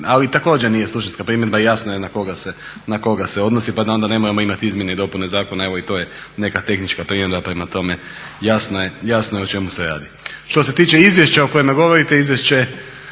ali također nije suštinska primjedba i jasno je na koga se odnosi pa da onda ne moramo imati izmjene i dopune zakona. evo i to je neka tehnička primjedba prema tome jasno je o čemu se radi. Što se tiče izvješća o kojemu govorite, izvješće